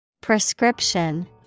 Prescription